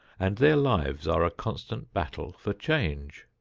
and their lives are a constant battle for change.